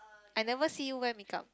I never see you wear makeup